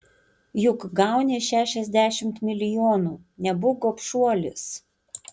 juk gauni šešiasdešimt milijonų nebūk gobšuolis